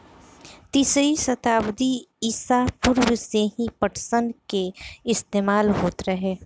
तीसरी सताब्दी ईसा पूर्व से ही पटसन के इस्तेमाल होत रहे